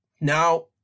Now